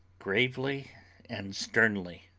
gravely and sternly